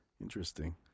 Interesting